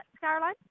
Caroline